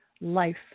life